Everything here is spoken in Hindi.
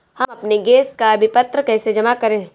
हम अपने गैस का विपत्र कैसे जमा करें?